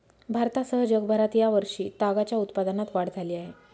भारतासह जगभरात या वर्षी तागाच्या उत्पादनात वाढ झाली आहे